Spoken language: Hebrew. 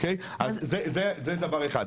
זה דבר אחד.